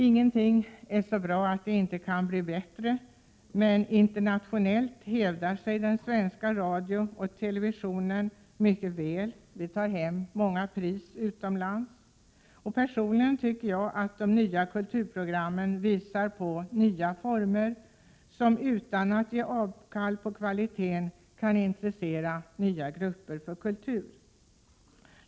Ingenting är så bra att det inte kan bli bättre, men internationellt hävdar sig den svenska radion och televisionen mycket väl. Vi tar hem många pris utomlands. Personligen tycker jag att de nya kulturprogrammen visar på nya former som utan att ge avkall på kvaliteten kan intressera nya grupper för kultur.